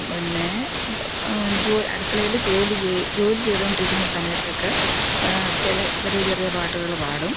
പിന്നെ ജോ അടുക്കളയില് ജോലി ചെയ്തുകൊണ്ടിരിക്കുന്ന സമയത്തൊക്കെ ചെറിയ ചെറിയ പാട്ടുകള് പാടും